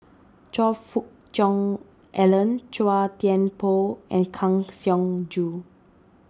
Choe Fook Cheong Alan Chua Thian Poh and Kang Siong Joo